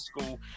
School